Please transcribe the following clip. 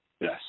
Yes